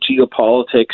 geopolitics